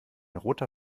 roter